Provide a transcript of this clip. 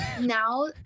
now